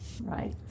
Right